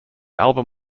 album